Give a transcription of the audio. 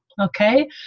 okay